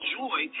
joy